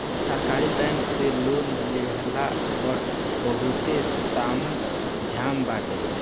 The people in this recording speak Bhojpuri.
सरकारी बैंक से लोन लेहला पअ बहुते ताम झाम बाटे